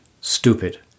stupid